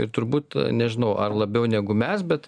ir turbūt nežinau ar labiau negu mes bet